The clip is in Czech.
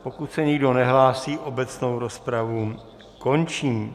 Pokud se nikdo nehlásí, obecnou rozpravu končím.